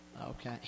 Okay